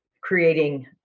creating